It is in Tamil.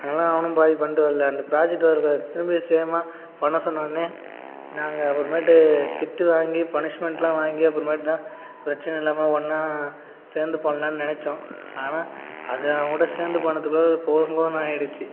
ஆனால் அவனும் பாதி பண்ணிட்டு வரலை அந்த ப்ராஜெக்ட் ஒர்க்கை திரும்பி சேமாக பண்ண சொன்னோடன்னே நாங்கள் அப்புறமேட்டு திட்டு வாங்கி பனிஷ்மெண்ட்டெலாம் வாங்கி அப்புறமேட்டு தான் பிரச்சனை இல்லாம ஒன்றா சேர்ந்து பண்ணலான்னு நினச்சோம் ஆனால் அதை அவன்கூட சேர்ந்து பண்ணதுக்குள்ளாரே போதும் போதும்னு ஆயிடுச்சு